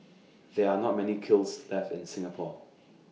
there are not many kilns left in Singapore